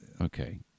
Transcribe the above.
Okay